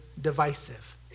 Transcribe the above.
divisive